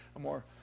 more